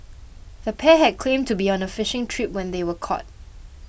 the pair had claimed to be on a fishing trip when they were caught